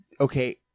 okay